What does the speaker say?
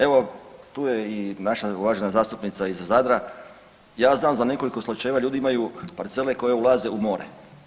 Evo, tu je i naša uvažena zastupnica iz Zadra, ja znam za nekoliko slučajeva, ljudi imaju parcele koje ulaze u more.